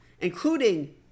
including